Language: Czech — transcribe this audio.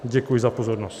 Děkuji za pozornost.